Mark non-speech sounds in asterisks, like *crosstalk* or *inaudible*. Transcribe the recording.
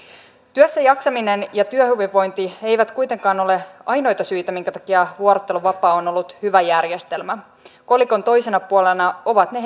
työssäjaksaminen ja työhyvinvointi eivät kuitenkaan ole ainoita syitä minkä takia vuorotteluvapaa on ollut hyvä järjestelmä kolikon toisena puolena ovat ne *unintelligible*